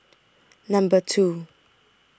Number two